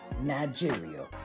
Nigeria